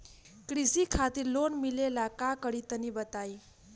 कृषि खातिर लोन मिले ला का करि तनि बताई?